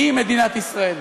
היא מדינת ישראל".